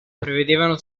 prevedevano